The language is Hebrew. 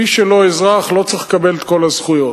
מי שאינו אזרח לא צריך לקבל את כל הזכויות.